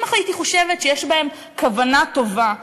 אם הייתי חושבת שיש בהן כוונה טובה,